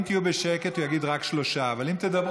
אם תהיו בשקט הוא יגיד רק שלושה,